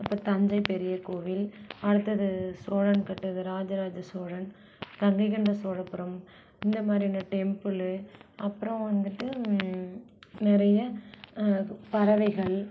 இப்போ தஞ்சை பெரிய கோவில் அடுத்தது சோழன் கட்டுனது ராஜராஜ சோழன் கங்கை கொண்ட சோழபுரம் இந்த மாதிரியான டெம்பிளு அப்புறோம் வந்துட்டு நிறைய பறவைகள்